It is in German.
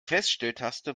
feststelltaste